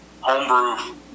homebrew